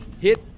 hit